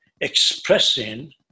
expressing